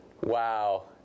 Wow